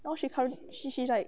now she current she she like